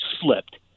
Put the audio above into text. Slipped